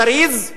זריז,